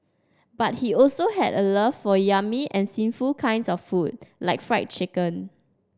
but he also had a love for yummy and sinful kinds of food like fried chicken